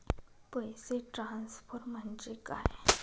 पैसे ट्रान्सफर म्हणजे काय?